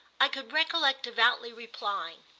i could recollect devoutly replying.